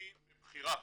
אני מבחירה,